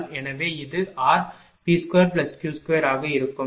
எனவே இது rP2Q2 ஆக இருக்கும்